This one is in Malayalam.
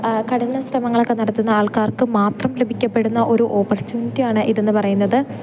കഠിന ശ്രമങ്ങളൊക്കെ നടത്തുന്ന ആൾക്കാർക്കു മാത്രം ലഭിക്കപ്പെടുന്ന ഒരു ഓപ്പർച്യൂണിറ്റിയാണ് ഇതെന്നു പറയുന്നത്